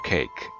Cake